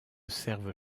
servent